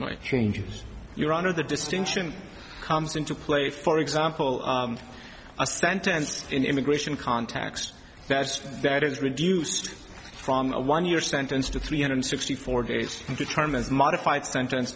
changes your honor the distinction comes into play for example a sentence in immigration contacts that that is reduced from a one year sentence to three hundred sixty four days determines modified sentence